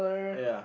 yeah